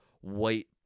white